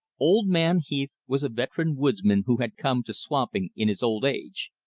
old man heath was a veteran woodsman who had come to swamping in his old age.